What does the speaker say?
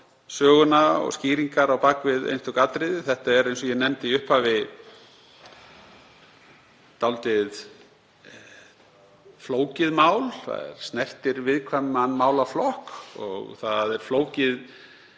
söguna og skýringar á bak við einstök atriði. Þetta er, eins og ég nefndi í upphafi, dálítið flókið mál og snertir viðkvæman málaflokk: Það er flókið